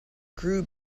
grew